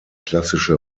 klassische